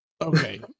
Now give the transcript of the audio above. Okay